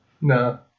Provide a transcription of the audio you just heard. No